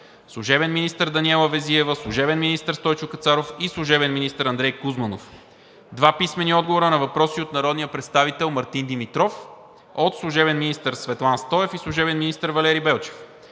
служебен министър Даниела Везиева, служебен министър Стойчо Кацаров и служебен министър Андрей Кузманов. Два писмени отговора на въпроси от народния представител Мартин Димитров от служебен министър Светлан Стоев и служебен министър Валери Белчев.